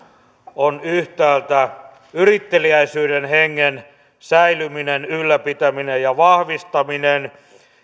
on yhtäältä yritteliäisyyden hengen säilyminen ylläpitäminen ja vahvistaminen